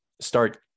start